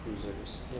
cruisers